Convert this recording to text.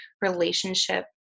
relationship